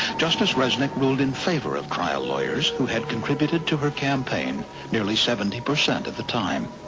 justice resnick ruled in favour of trial lawyers who had contributed to her campaign nearly seventy per cent of the time.